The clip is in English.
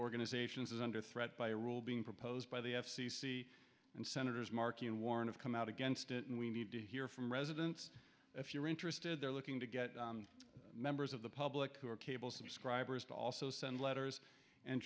organizations is under threat by rule being proposed by the f c c and senators markey and warned of come out against it and we need to hear from residents if you're interested they're looking to get members of the public who are cable subscribers to also send letters and